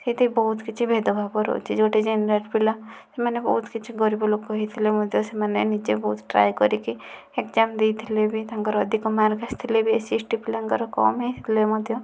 ସେଠି ବହୁତ କିଛି ଭେଦଭାବ ରହୁଛି ଯେଉଁଠି ଜେନେରାଲ ପିଲାମାନେ ବହୁତ କିଛି ଗରିବ ଲୋକ ହେଇଥିଲେ ମଧ୍ୟ ସେମାନେ ନିଜେ ବହୁତ ଟ୍ରାଏ କରିକି ଏକ୍ଜାମ୍ ଦେଇଥିଲେ ବି ତାଙ୍କର ଅଧିକ ମାର୍କ ଆସିଥିଲେ ବି ଏସ୍ସି ଏସ୍ଟି ପିଲାଙ୍କର କମ୍ ଆସିଥିଲେ ମଧ୍ୟ